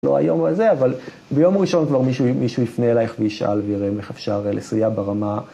לא היום וזה, אבל ביום ראשון כבר מישהו יפנה אלייך ויישאל ויראה איך אפשר לסייע ברמה.